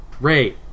Ray